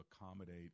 accommodate